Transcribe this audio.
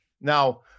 now